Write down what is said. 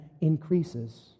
increases